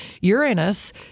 Uranus